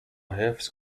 حفظ